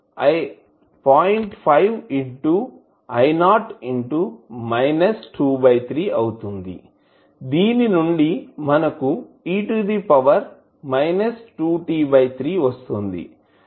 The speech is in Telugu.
5 ఇంటూ I0 ఇంటూ మైనస్ 23 అవుతుంది దీని నుండి మనకు e to the power 2t3 వస్తుంది